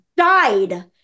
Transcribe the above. died